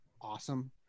awesome